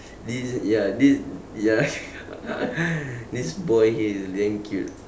this ya this ya this boy here is damn cute